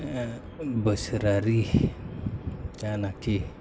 ओ बोसोरारि जानाखि